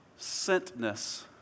sentness